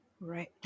Right